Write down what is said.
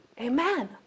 Amen